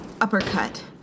uppercut